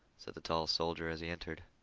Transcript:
said the tall soldier as he entered.